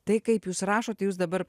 tai kaip jūs rašot jūs dabar